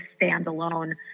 standalone